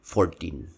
Fourteen